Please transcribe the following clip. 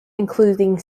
including